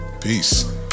Peace